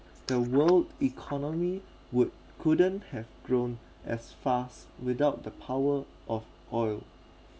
the world economy would couldn't have grown as fast without the power of oil